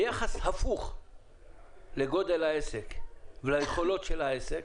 ביחס הפוך לגודל העסק וליכולות של העסק,